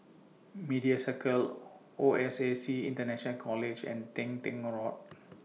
Media Circle O S A C International College and Teng Tong Road